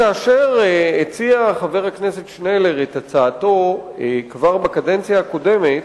כאשר הציע חבר הכנסת שנלר את הצעתו כבר בקדנציה הקודמת,